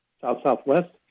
south-southwest